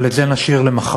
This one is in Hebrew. אבל את זה נשאיר למחר.